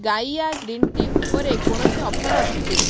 Gaia green tea ଉପରେ କୌଣସି ଅଫର୍ ଅଛି କି